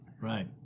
Right